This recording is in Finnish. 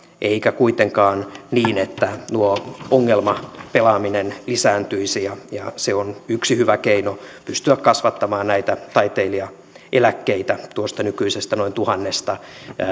eivätkä kuitenkaan niin että tuo ongelmapelaaminen lisääntyisi ja ja se on yksi hyvä keino pystyä kasvattamaan näitä taiteilijaeläkkeitä tuosta nykyisestä noin tuhannesta